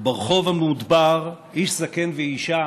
/ וברחוב המודבר / איש זקן ואישה /